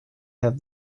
have